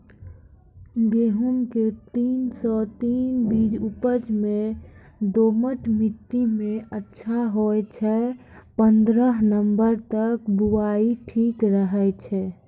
गेहूँम के तीन सौ तीन बीज उपज मे दोमट मिट्टी मे अच्छा होय छै, पन्द्रह नवंबर तक बुआई ठीक रहै छै